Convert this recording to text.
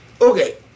Okay